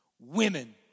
Women